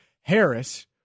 Harris